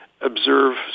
Observe